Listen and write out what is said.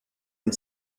and